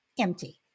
empty